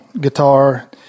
guitar